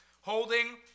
Holding